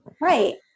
Right